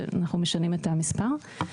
שאנחנו משנים את המספר,